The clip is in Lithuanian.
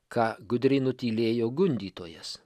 ką gudriai nutylėjo gundytojas